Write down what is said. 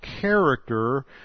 character